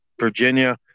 Virginia